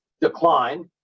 declined